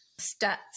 stats